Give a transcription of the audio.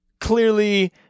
clearly